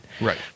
Right